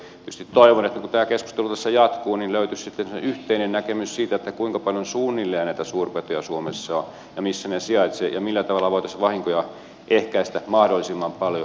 tietysti toivon että kun tämä keskustelu tässä jatkuu niin löytyisi sitten semmoinen yhteinen näkemys siitä kuinka paljon suunnilleen näitä suurpetoja suomessa on ja missä ne sijaitsevat ja millä tavalla voitaisiin vahinkoja ehkäistä mahdollisimman paljon